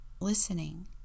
listening